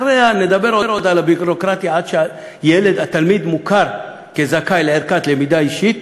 נדבר על הביורוקרטיה עד שהתלמיד מוכר כזכאי לערכת למידה אישית.